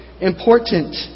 important